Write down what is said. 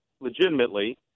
legitimately